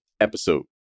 episode